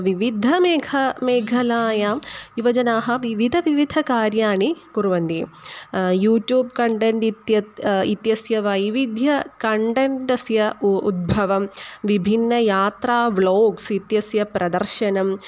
विविधमेखला मेखलायां युवजनाः विविधानि विविधकार्याणि कुर्वन्ति यूट्यूब् कण्डेण्ट् इत्येतत् इत्यस्य वैविध्यं कण्टेण्टस्य ऊ उद्भवं विभिन्नयात्रा व्लोग्स् इत्यस्य प्रदर्शनं